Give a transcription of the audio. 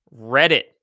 Reddit